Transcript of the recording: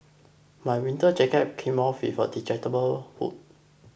my winter jacket came off with a detachable hood